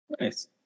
Nice